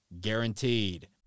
Guaranteed